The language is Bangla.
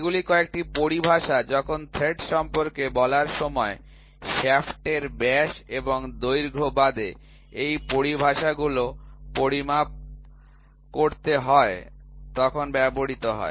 এগুলি কয়েকটি পরিভাষা যখন থ্রেড সম্পর্কে বলার সময় শ্যাফট এর ব্যাস এবং দৈর্ঘ্য বাদে এই পরিভাষাগুলো পরিমাপ করতে হয় তখন ব্যবহৃত হয়